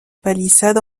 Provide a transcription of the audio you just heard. palissade